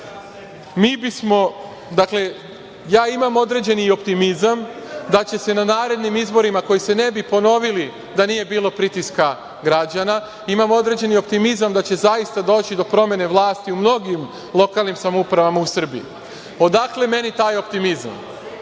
građana. Dakle, ja imam određeni optimizam da će se na narednim izborima, koji se ne bi ponovili da nije bilo pritiska građana, imam određeni optimizam da će zaista doći do promene vlasti u mnogim lokalnim samoupravama u Srbiji. Odakle meni taj optimizam?